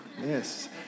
yes